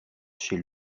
chez